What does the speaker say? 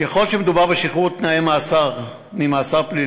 ככל שמדובר בשחרור על-תנאי ממאסר פלילי,